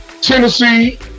Tennessee